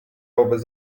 wobec